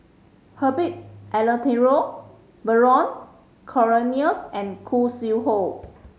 Herbert Eleuterio Vernon Cornelius and Khoo Sui Hoe